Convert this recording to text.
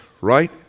right